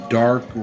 dark